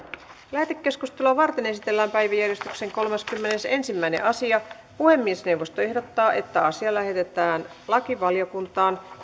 lähetekeskustelua varten esitellään päiväjärjestyksen kolmaskymmenesensimmäinen asia puhemiesneuvosto ehdottaa että asia lähetetään lakivaliokuntaan